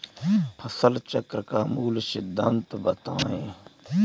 फसल चक्र का मूल सिद्धांत बताएँ?